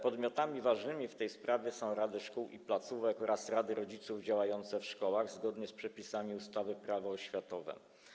Podmiotami ważnymi w tej sprawie są rady szkół i placówek oraz rady rodziców działające w szkołach zgodnie z przepisami ustawy Prawo oświatowe.